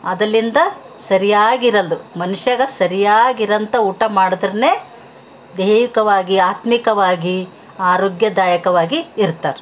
ಅದಲ್ಲಿಂದ ಸರ್ಯಾಗಿರಲ್ದು ಮನ್ಷಗ ಸರಿಯಾಗಿರೋಂಥ ಊಟ ಮಾಡದ್ರೇ ದೈಹಿಕವಾಗಿ ಆತ್ಮಿಕವಾಗಿ ಆರೋಗ್ಯದಾಯಕವಾಗಿ ಇರ್ತಾರೆ